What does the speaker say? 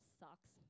sucks